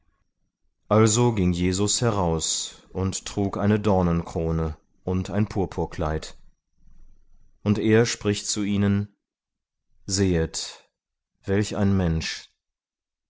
also ging jesus heraus und trug eine dornenkrone und ein purpurkleid und er spricht zu ihnen sehet welch ein mensch